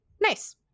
Nice